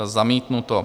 Zamítnuto.